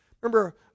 Remember